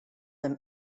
them